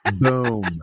Boom